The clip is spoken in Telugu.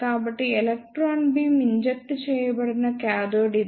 కాబట్టి ఎలక్ట్రాన్ బీమ్ ఇంజెక్ట్ చేయబడిన కాథోడ్ ఇది